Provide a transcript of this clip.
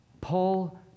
Paul